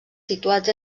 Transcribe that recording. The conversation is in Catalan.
situats